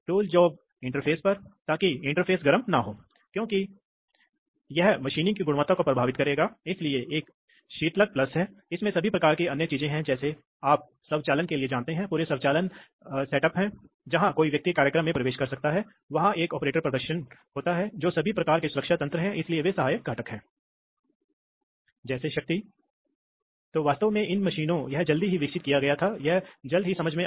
तो स्ट्रोक के अंत की दिशा में गति को कम करने की आवश्यकता है इसलिए मूल रूप से प्रवाह नियंत्रण वाल्व का उपयोग सिलेंडर गति को नियंत्रित करने के लिए किया जाता है और आप जानते हैं आप इस प्रवाह नियंत्रण वाल्व को या तो आने वाले रास्ते में रख सकते हैं हवा या बाहर निकलने वाले मार्ग के रास्ते में हवा जो सिलेंडर के दूसरे आधे हिस्से से निष्कासित की जा रही है ठीक है